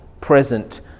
present